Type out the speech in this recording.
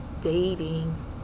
dating